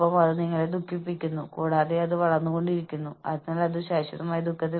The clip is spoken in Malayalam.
അപ്പോൾ ജോലിയുടെ അസംതൃപ്തിയും സമ്മർദ്ദവും പ്രകടന സംവിധാനങ്ങൾക്കുള്ള പെർഫോമൻസ് പേയുടെ ഫലമാണ്